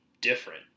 different